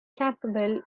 campbell